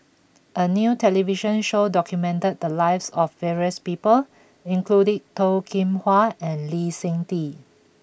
a new television show documented the lives of various people including Toh Kim Hwa and Lee Seng Tee